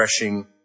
refreshing